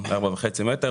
4.5 מטרים.